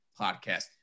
podcast